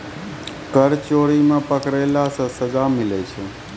कर चोरी मे पकड़ैला से सजा मिलै छै